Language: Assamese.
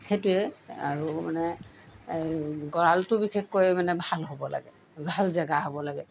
সেইটোৱে আৰু মানে এই গঁড়ালটো বিশেষকৈ মানে ভাল হ'ব লাগে ভাল জেগা হ'ব লাগে